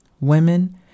women